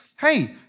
hey